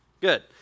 Good